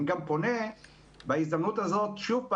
אני גם פונה בהזדמנות הזאת שוב,